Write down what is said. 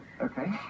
Okay